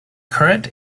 current